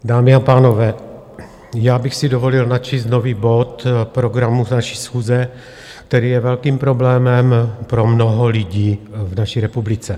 Dámy a pánové, já bych si dovolil načíst nový bod programu naší schůze, který je velkým problémem pro mnoho lidí v naší republice.